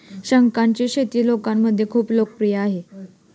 शंखांची शेती लोकांमध्ये खूप लोकप्रिय आहे